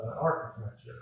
architecture